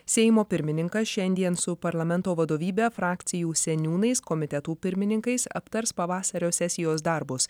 seimo pirmininkas šiandien su parlamento vadovybe frakcijų seniūnais komitetų pirmininkais aptars pavasario sesijos darbus